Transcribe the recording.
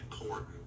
important